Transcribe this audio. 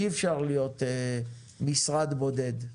אי אפשר להיות משרד בודד.